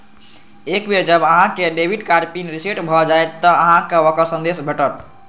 एक बेर जब अहांक डेबिट कार्ड पिन रीसेट भए जाएत, ते अहांक कें ओकर संदेश भेटत